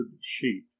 sheet